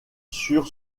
sur